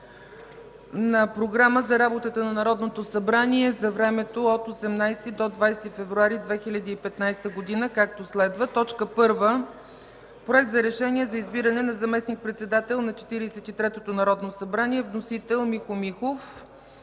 на Програма за работата на Народното събрание за времето от 18 до 20 февруари 2015 г., както следва: 1. Проект за решение за избиране на заместник-председател на Четиридесет и третото Народно събрание. Вносител: Михо Михов.